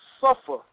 suffer